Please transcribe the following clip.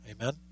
Amen